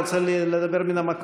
אתם רוצים כוס מים?